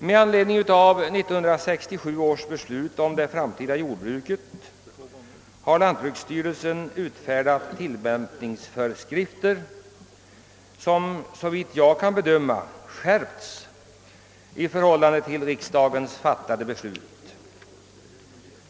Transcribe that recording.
Med anledning av 1967 års riksdagsbeslut om det framtida jordbruket, har lantbruksstyrelsen — utfärdat = tillämpningsföreskrifter som, såvitt jag kan be döma, innebär en skärpning i förhållande till riksdagsbeslutet.